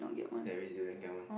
one